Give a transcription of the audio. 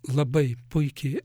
labai puikiai